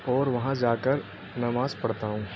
اور وہاں جا کر نماز پڑھتا ہوں